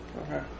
Okay